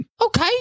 Okay